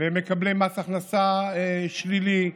למקבלי מס הכנסה שלילי,